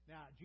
Now